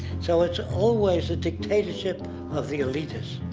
so it's always a dictatorship of the elitist,